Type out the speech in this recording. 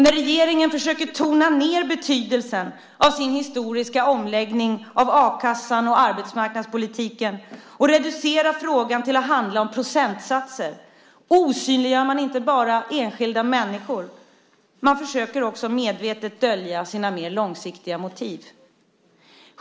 När regeringen försöker tona ned betydelsen av sin historiska omläggning av a-kassan och arbetsmarknadspolitiken och reducerar frågan till att handla om procentsatser osynliggör man inte bara enskilda människor, man försöker också medvetet dölja sina mer långsiktiga motiv.